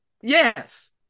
Yes